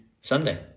Sunday